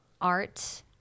art